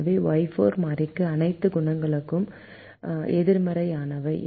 எனவே Y4 மாறிக்கு அனைத்து குணகங்களும் எதிர்மறையானவை